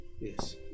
yes